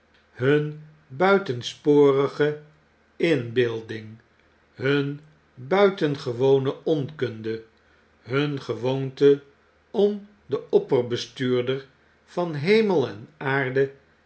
hun buitensporige inbeelaing hun buitengewone onkunde hun gewoonte om den opper bestuurder van hemel en aarde